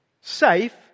Safe